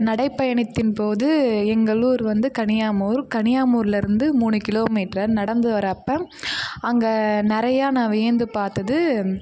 நடைப்பயணத்தின்போது எங்கள் ஊர் வந்து கனியாமூர் கனியாமூர்லேருந்து மூணு கிலோ மீட்டர் நடந்து வர அப்போ அங்கே நிறையா நான் வியந்து பார்த்தது